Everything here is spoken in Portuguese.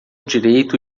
direito